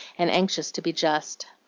and anxious to be just.